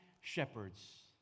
shepherds